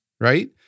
right